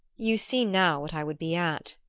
you see now what i would be at,